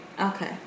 okay